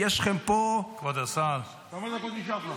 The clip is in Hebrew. יש לכם פה --- כמה דקות נשארו לך?